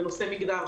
בנושא מגדר,